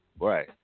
right